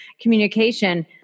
communication